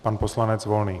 Pan poslanec Volný.